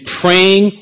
praying